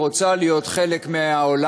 היא רוצה להיות חלק מהעולם,